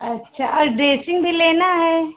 अच्छा और ड्रेसिंग भी लेना है